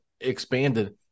expanded